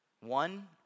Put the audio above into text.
One